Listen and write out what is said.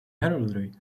heraldry